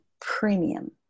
Premium